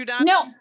no